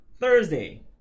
Thursday